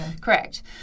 Correct